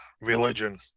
religion